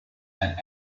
and